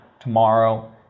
tomorrow